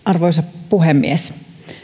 arvoisa puhemies